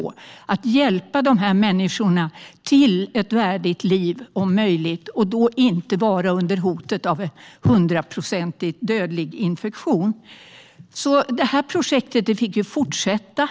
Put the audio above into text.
Det handlar om att hjälpa de här människorna till ett värdigt liv om möjligt och inte bara under hotet av en 100 procent dödlig infektion. Projektet fick fortsätta.